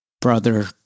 brother